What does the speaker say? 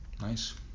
Nice